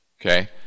Okay